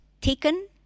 taken